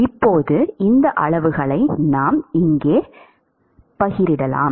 இப்போது இந்த அளவுகளை நாம் செருகலாம்